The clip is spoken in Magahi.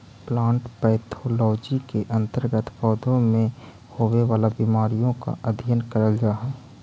प्लांट पैथोलॉजी के अंतर्गत पौधों में होवे वाला बीमारियों का अध्ययन करल जा हई